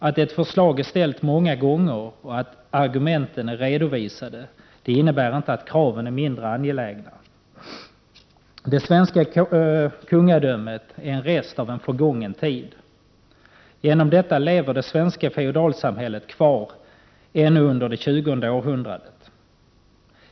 Att ett förslag är ställt många gånger och att argumenten är redovisade innebär inte att kraven är mindre angelägna. Det svenska kungadömet är en rest av en förgången tid. Genom detta lever det svenska feodalsamhället kvar ännu under det tjugonde århundradet.